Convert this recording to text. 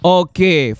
okay